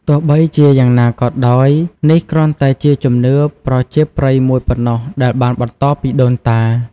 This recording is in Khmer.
ទោះបីជាយ៉ាងណាក៏ដោយ នេះគ្រាន់តែជាជំនឿប្រជាប្រិយមួយប៉ុណ្ណោះ ដែលបានបន្តពីដូនតា។